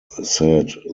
said